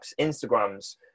instagrams